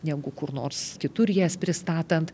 negu kur nors kitur jas pristatant